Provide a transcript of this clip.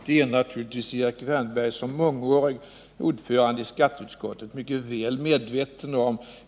Detta är naturligtvis Erik Wärnberg som mångårig ordförande i skatteutskottet mycket väl medveten om.